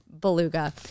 Beluga